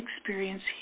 experience